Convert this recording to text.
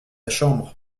chambre